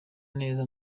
neza